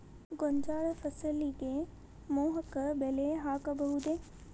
ಗೋಂಜಾಳ ಫಸಲಿಗೆ ಮೋಹಕ ಬಲೆ ಹಾಕಬಹುದೇ?